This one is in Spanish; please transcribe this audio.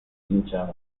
hinchada